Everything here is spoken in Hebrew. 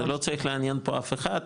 זה לא צריך לעניין פה אף אחד,